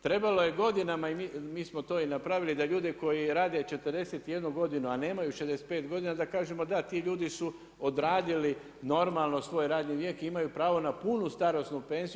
Trebalo je godinama i mi smo to i napravili, da ljudi koji rade 41 godinu a nemaju 65 godina, da kažemo da, ti ljudi su odradili normalno svoj radni vijek i imaju pravo na punu starosnu penziju.